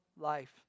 life